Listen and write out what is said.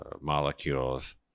molecules